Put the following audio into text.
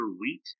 wheat